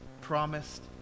promised